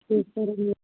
నమస్కారం అండి